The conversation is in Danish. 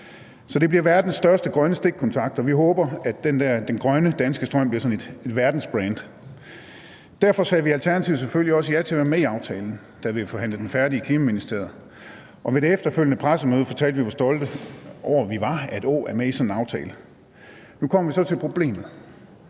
Så det bliver verdens største grønne stikkontakt, og vi håber, at den grønne danske strøm bliver sådan et verdensbrand. Derfor sagde vi i Alternativet selvfølgelig også ja til at være med i aftalen, da vi forhandlede den færdig i Klima-, Energi- og Forsyningsministeriet, og ved det efterfølgende pressemøde fortalte vi, hvor stolte vi var over, at Å er med i sådan en aftale. Nu kommer vi så til problemet,